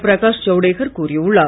பிரகாஷ் ஜவடேகர் கூறியுள்ளார்